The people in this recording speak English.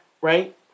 Right